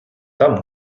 там